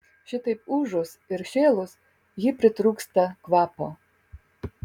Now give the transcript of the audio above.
šitaip ūžus ir šėlus ji pritrūksta kvapo